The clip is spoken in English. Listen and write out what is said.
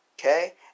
Okay